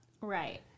Right